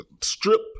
strip